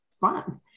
fun